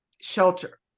shelter